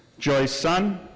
joy sun.